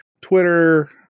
Twitter